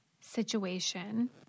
situation –